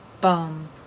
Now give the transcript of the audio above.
bum